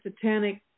satanic